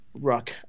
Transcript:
Ruck